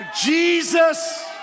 Jesus